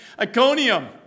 Iconium